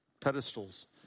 pedestals